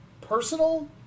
personal